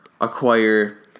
acquire